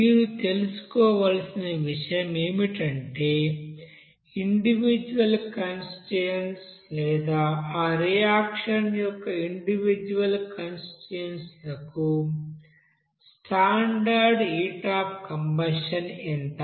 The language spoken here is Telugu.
మీరు తెలుసుకోవలసిన విషయం ఏమిటంటే ఇండివిడ్యుఅల్ కాన్స్టిట్యూయెంట్స్ లేదా ఆ రియాక్షన్ యొక్క ఇండివిడ్యుఅల్ కాన్స్టిట్యూయెంట్స్ లకు స్టాండర్డ్ హీట్ అఫ్ కంబషన్ ఎంత